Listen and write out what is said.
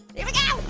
here we go.